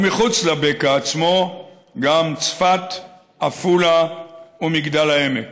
ומחוץ לבקע עצמו גם צפת, עפולה ומגדל העמק.